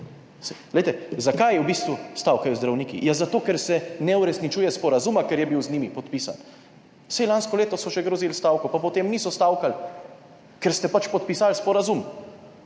Glejte, zakaj v bistvu stavkajo zdravniki, ja, zato, ker se ne uresničuje sporazuma, ker je bil z njimi podpisan. Saj lansko leto so še grozili stavko, pa potem niso stavkali, ker ste pač podpisali sporazum,